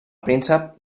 príncep